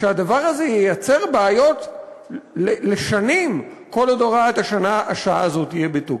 שהדבר הזה ייצור בעיות לשנים כל עוד הוראת השעה הזאת תהיה בתוקף.